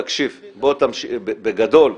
בגדול,